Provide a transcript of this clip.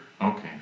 Okay